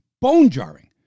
bone-jarring